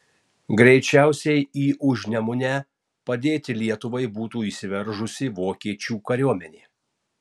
greičiausiai į užnemunę padėti lietuvai būtų įsiveržusi vokiečių kariuomenė